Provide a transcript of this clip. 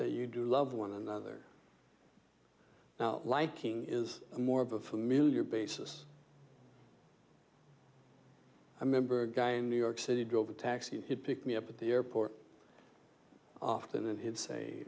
that you do love one another now liking is more of a familiar basis a member guy in new york city drove a taxi to pick me up at the airport often and he'd say